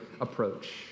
approach